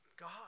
God